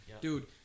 Dude